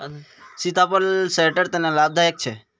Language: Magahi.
सीताफल सेहटर तने लाभदायक छे